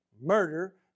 murder